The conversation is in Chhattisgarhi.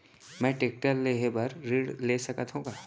मैं टेकटर लेहे बर ऋण ले सकत हो का?